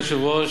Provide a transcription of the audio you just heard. כבוד השר,